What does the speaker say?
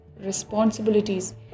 responsibilities